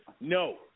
No